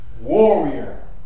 warrior